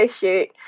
shoot